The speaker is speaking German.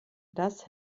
das